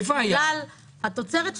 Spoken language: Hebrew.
בגלל התוצרת שלהם,